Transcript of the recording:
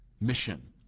mission